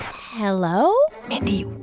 hello? mindy,